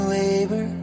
labor